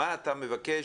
מה אתה מבקש,